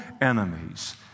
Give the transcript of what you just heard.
enemies